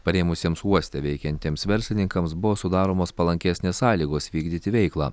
parėmusiems uoste veikiantiems verslininkams buvo sudaromos palankesnės sąlygos vykdyti veiklą